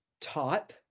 type